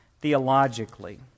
theologically